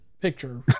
picture